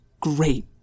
great